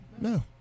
no